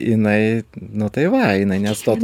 jinai nu tai va jinai neatstotų